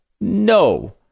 no